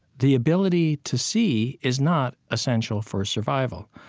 the ability to see is not essential for survival.